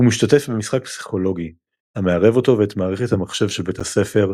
הוא משתתף במשחק פסיכולוגי המערב אותו ואת מערכת המחשב של בית הספר,